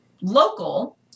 local